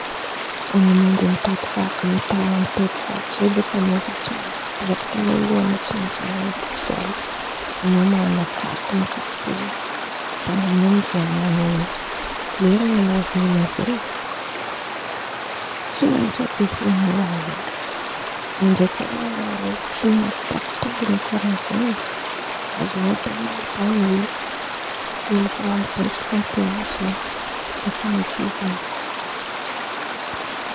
An̈ao mandeha mitady fag- mita- mitety faritry zen̈y bôka an̈ao fa tsy maintsy direkity an̈ao tsy maintsy man̈ana bosôly, en̈ao man̈ana karity makasika in̈y tan̈àna andian̈anao in̈y, leran̈y an̈ao very amizay tsy maintsy ampiasain̈ao raha reô, indraindraiky oe tsy nampita- tafitôndra na karàha zen̈y azon̈ao atao man̈ontan̈y olo, olo efa mipetraka amy plasy io beka an̈ao tsy ho very.